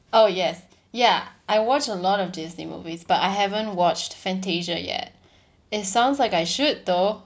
oh yes ya I watch a lot of Disney movies but I haven't watched fantasia yet it sounds like I should though